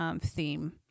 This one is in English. theme